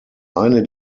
eine